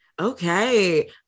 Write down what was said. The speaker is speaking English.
Okay